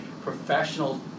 professional